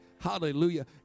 Hallelujah